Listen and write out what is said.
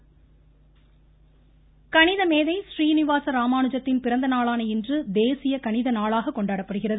தேசிய கணித தினம் கணித மேதை ஸ்ரீனிவாச ராமானுஜத்தின் பிறந்த நாளான இன்று தேசிய கணித நாளாக கொண்டாடப்படுகிறது